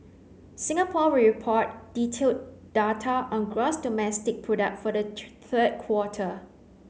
Singapore will report detailed data on gross domestic product for the third quarter